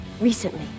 recently